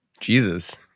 Jesus